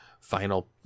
final